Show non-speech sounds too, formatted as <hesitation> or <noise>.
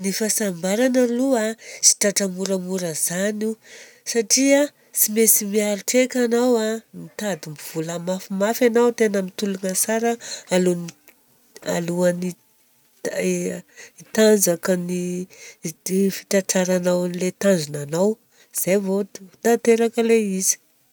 Ny fahasambarana aloha a tsy tratra moramora izany io satria ts maintsy miaritra eky anao a, mitady vola mafimafy anao tena mitologna tsara alohany <hesitation> tanjaka ny, hatratraranao ilay tanjognanao, zay vô ho tanteraka ilay izy.